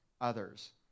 others